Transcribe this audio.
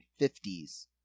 1950s